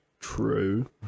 true